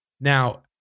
Now